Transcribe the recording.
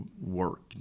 work